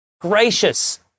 Gracious